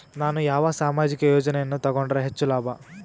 ನಾನು ಯಾವ ಸಾಮಾಜಿಕ ಯೋಜನೆಯನ್ನು ತಗೊಂಡರ ಹೆಚ್ಚು ಲಾಭ?